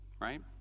right